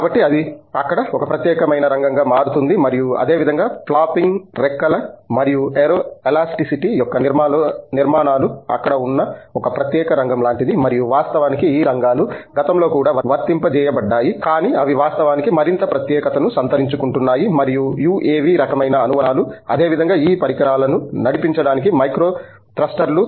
కాబట్టి అది అక్కడ ఒక ప్రత్యేకమైన రంగం గా మారుతుంది మరియు అదేవిధంగా ఫ్లాపింగ్ రెక్కలు మరియు ఏరో ఎలాస్టిసిటీ యొక్క నిర్మాణాలు అక్కడ ఉన్న ఒక ప్రత్యేక రంగం లాంటివి మరియు వాస్తవానికి ఈ రంగాలు గతంలో కూడా వర్తింపజేయబడ్డాయి కానీ అవి వాస్తవానికి మరింత ప్రత్యేకతను సంతరించుకుంటున్నాయి మరియు UAV రకమైన అనువర్తనాలు అదేవిధంగా ఈ పరికరాలను నడిపించడానికి మైక్రో థ్రస్టర్లు